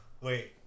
Wait